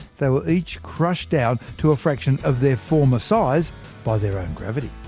they were each crushed down to a fraction of their former size by their own gravity.